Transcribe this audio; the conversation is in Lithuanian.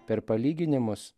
per palyginimus